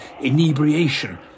inebriation